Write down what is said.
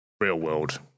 real-world